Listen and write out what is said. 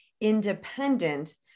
independent